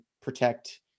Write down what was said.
protect